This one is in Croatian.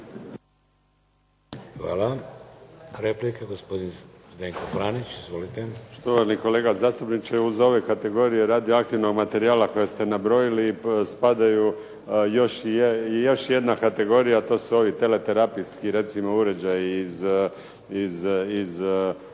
Hvala. Replika gospodin Zdenko Franić. Izvolite. **Franić, Zdenko (SDP)** Štovani kolega zastupniče, uz ove kategorije radioaktivnog materijala koje ste nabrojili spada još jedna kategorija a to su ovi teleterapijski recimo